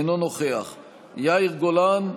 אינו נוכח יאיר גולן,